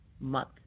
month